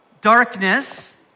darkness